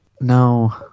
no